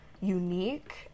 unique